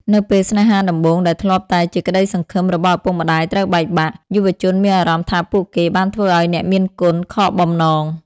នៅពេលស្នេហាដំបូងដែលធ្លាប់តែជាក្តីសង្ឃឹមរបស់ឪពុកម្តាយត្រូវបែកបាក់ យុវជនមានអារម្មណ៍ថាពួកគេបានធ្វើឱ្យអ្នកមានគុណខកបំណង។